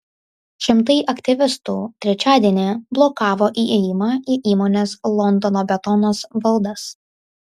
šimtai aktyvistų trečiadienį blokavo įėjimą į įmonės londono betonas valdas